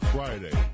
Friday